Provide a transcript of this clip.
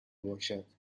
باشد